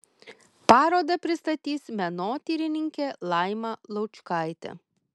parodą pristatys menotyrininkė laima laučkaitė